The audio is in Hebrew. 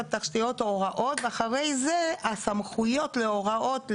התשתיות הוראות ואחרי זה הסמכויות להוראות לבינוי,